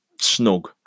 snug